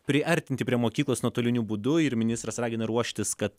priartinti prie mokyklos nuotoliniu būdu ir ministras ragina ruoštis kad